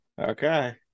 Okay